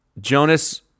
Jonas